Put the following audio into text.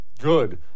Good